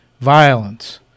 violence